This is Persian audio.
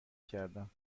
کردم